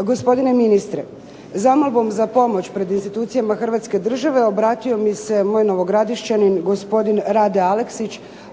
Gospodine ministre, zamolbom za pomoć pred institucijama hrvatske države obratio mi se moj novogradišćanin gospodin Rade Aleksić